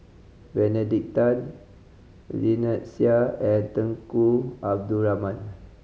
Benedict Tan Lynnette Seah and Tunku Abdul Rahman